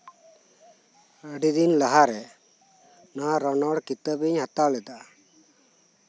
ᱟᱹᱰᱤ ᱫᱤᱱ ᱞᱟᱦᱟ ᱨᱮ ᱱᱚᱶᱟ ᱨᱚᱱᱚᱲ ᱠᱤᱛᱟᱹᱵᱤᱧ ᱦᱟᱛᱟᱣ ᱞᱮᱫᱟ